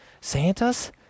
santa's